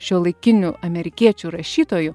šiuolaikinių amerikiečių rašytojų